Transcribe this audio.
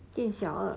店小二